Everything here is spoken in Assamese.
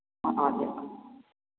অ' অ' দিয়ক